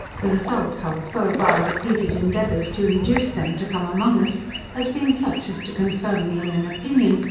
the result, however, of our repeated endeavours to induce them to come among us has been such as to confirm me in an opinion,